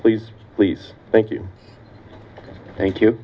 please please thank you thank you